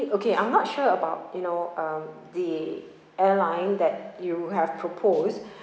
okay I'm not sure about you know um the airline that you have proposed